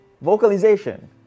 vocalization